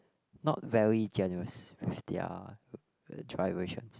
not very generous with their dry rations